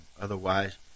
Otherwise